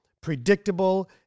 predictable